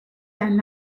and